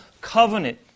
covenant